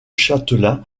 châtelain